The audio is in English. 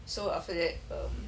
so after that um